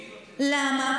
למה?